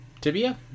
tibia